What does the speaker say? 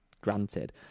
granted